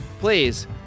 please